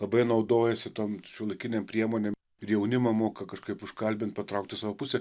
labai naudojasi tom šiuolaikinėm priemonėm ir jaunimą moka kažkaip užkalbint patraukt į savo pusę